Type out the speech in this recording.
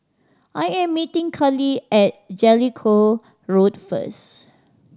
I am meeting Kallie at Jellicoe Road first